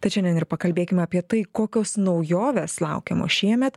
tad šiandien ir pakalbėkim apie tai kokios naujovės laukiamos šiemet